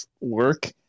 work